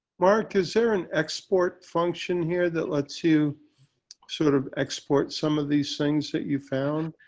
mark is there an export function here that lets you sort of export some of these things that you found